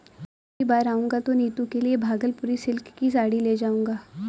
अगली बार आऊंगा तो नीतू के लिए भागलपुरी सिल्क की साड़ी ले जाऊंगा